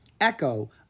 Echo